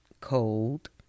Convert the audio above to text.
cold